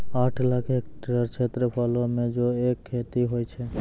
आठ लाख हेक्टेयर क्षेत्रफलो मे जौ के खेती होय छै